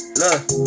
look